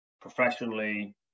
professionally